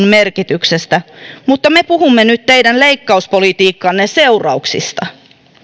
merkityksestä mutta me puhumme nyt teidän leikkauspolitiikkanne seurauksista